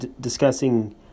discussing